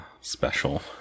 special